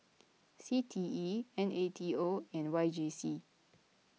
C T E N A T O and Y J C